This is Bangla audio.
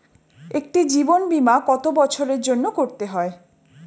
একটি জীবন বীমা কত বছরের জন্য করতে হয়?